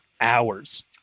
hours